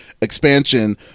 expansion